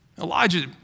Elijah